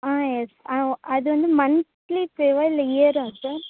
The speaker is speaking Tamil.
ஆ எஸ் ஆ அது வந்து மந்த்லி பேவா இல்லை இயரா சார்